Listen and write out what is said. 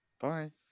bye